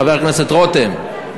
חבר הכנסת רותם?